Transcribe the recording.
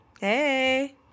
Hey